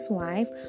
wife